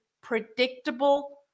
predictable